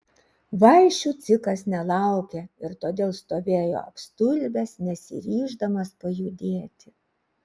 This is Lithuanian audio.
vaišių dzikas nelaukė ir todėl stovėjo apstulbęs nesiryždamas pajudėti